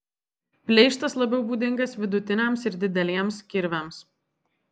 pleištas labiau būdingas vidutiniams ir dideliems kirviams